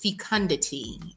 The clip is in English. fecundity